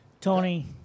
Tony